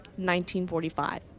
1945